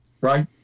right